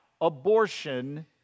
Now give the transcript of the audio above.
abortion